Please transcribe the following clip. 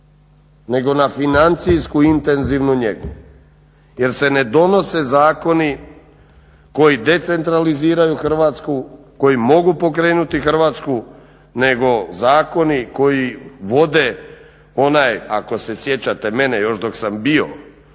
nego na financijsku intenzivnu njegu jer se ne donose zakoni koji decentraliziraju Hrvatsku, koji mogu pokrenuti Hrvatsku nego zakoni koji vode onaj, ako se sjećate mene još dok sam bio